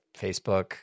Facebook